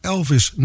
Elvis